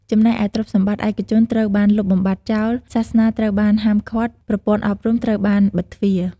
ចំណែកឯទ្រព្យសម្បត្តិឯកជនត្រូវបានលុបបំបាត់ចោល សាសនាត្រូវបានហាមឃាត់ ប្រព័ន្ធអប់រំត្រូវបានបិទទ្វារ។